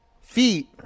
feet